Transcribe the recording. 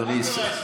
מה קרה?